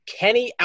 Kenny